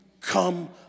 come